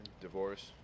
divorce